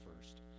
first